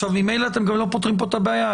ממילא אתם גם לא פותרים פה את הבעיה.